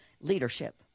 leadership